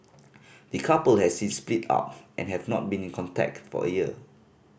the couple have since split up and have not been in contact for a year